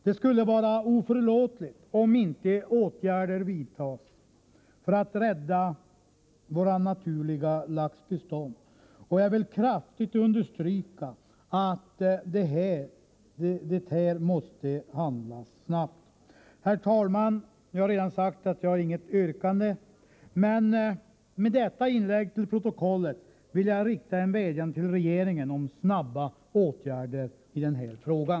Det skulle vara oförlåtligt om inte åtgärder vidtas för att rädda våra naturliga laxbestånd, och jag vill kraftigt understryka att här måste det handlas snabbt. Herr talman! Jag har redan sagt att jag inte har något yrkande, men med detta inlägg till protokollet vill jag rikta en vädjan till regeringen om snara åtgärder i den här frågan.